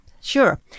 sure